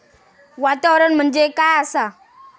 वातावरण म्हणजे काय आसा?